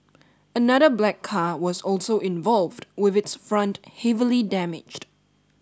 another black car was also involved with its front heavily damaged